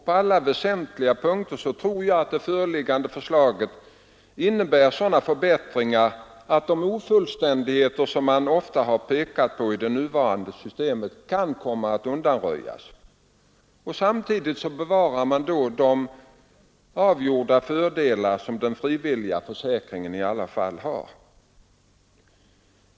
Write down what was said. På alla väsentliga punkter tror jag att det föreliggande förslaget innebär sådana förbättringar att de ofullkomligheter som man ofta pekat på i det nuvarande systemet kan komma att undanröjas. Samtidigt bevarar man de avgjorda fördelar som den frivilliga försäkringen i alla fall har.